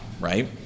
right